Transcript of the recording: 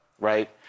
right